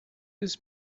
this